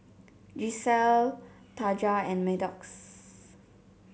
Gisselle Taja and Maddox